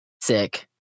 sick